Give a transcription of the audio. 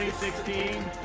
sixteen,